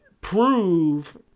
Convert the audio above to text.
prove